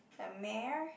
a mare